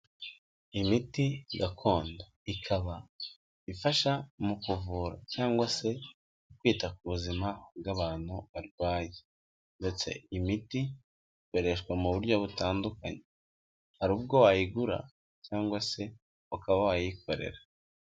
Imiti gakondo ikaba ifasha mu kuvura cyangwa se kwita ku buzima bw'abantu barwaye ndetse imiti ikoreshwa mu buryo butandukanye, hari ubwo wayigura cyangwa se ukaba wayikorera.